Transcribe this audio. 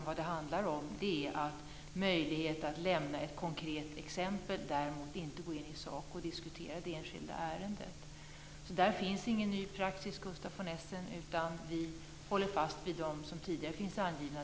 Vad det handlar om är möjlighet att lämna ett konkret exempel, däremot inte att gå in på sak och diskutera det enskilda ärendet. Där finns det inte någon ny praxis, Gustaf von Essen, utan vi håller fast vid det som tidigare finns angivet.